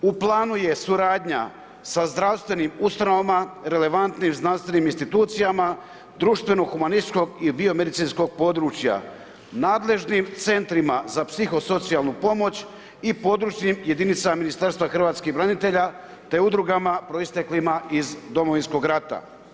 U planu je suradnja sa zdravstvenim ustanovama, relevantnim znanstvenim institucijama društveno-humanističkog i biomedicinskog područja, nadležnim centrima za psiho-socijalnu pomoć i područnim jedinicama Ministarstva hrvatskih branitelja, te udrugama proisteklima iz Domovinskog rata.